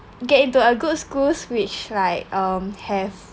get into a good schools which like um have